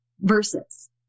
versus